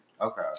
Okay